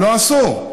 לא עשו.